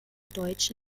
deutsche